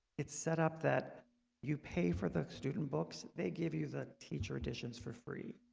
it's set up that you pay for the student books they give you the teacher editions for free.